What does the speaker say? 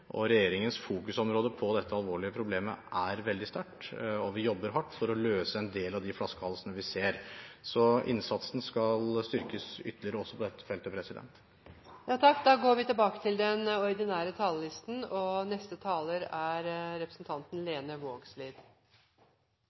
Regjeringens fokus på dette alvorlige problemet er veldig sterkt, og vi jobber hardt for å løse en del av de flaskehalsene vi ser. Så innsatsen skal styrkes ytterligere også på dette feltet. Replikkordskiftet er omme. Tilgjengelege og effektive domstolar som treffer avgjerder av høg kvalitet, er vesentleg for rettstryggleiken til den enkelte og